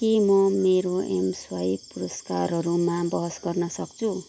के म मेरो एमस्वाइप पुरस्कारहरूमा बहस गर्न सक्छु